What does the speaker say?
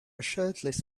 shirtless